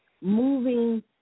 Moving